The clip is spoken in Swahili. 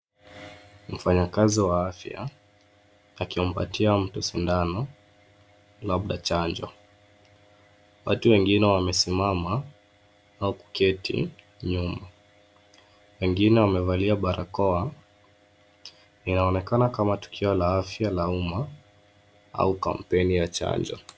Mfanyakazi wa afya akimpatia mtu sindano, labda chanjo. Watu wengine wamesimama au kuketi nyuma. Wengine wamevalia barakoa, inaonekana kama tukio la afya la umma au kampeni ya chanjo.